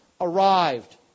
arrived